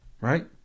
Right